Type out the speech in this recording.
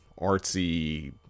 artsy